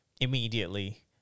immediately